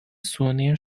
souvenir